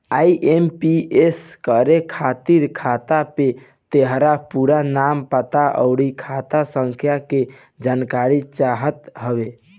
IMPS करे खातिर खाता पे तोहार पूरा नाम, पता, अउरी खाता संख्या के जानकारी चाहत हवे